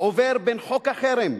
עובר בין חוק החרם